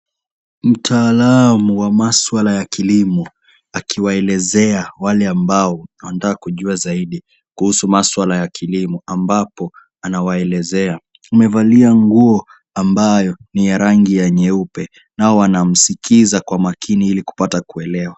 Mtaalamu wa maswala ya kilimo, akiwaelezea wale ambao wanataka kujua zaidi kuhusu maswala ya kilimo, ambapo anawaelezea. Amevalia nguo ambayo ni ya rangi ya nyeupe, nao wana msikiliza kwa makini ili kupata kuelewa.